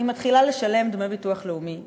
היא מתחילה לשלם דמי ביטוח לאומי מלאים.